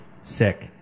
sick